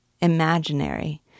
imaginary